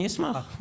אני אשמח.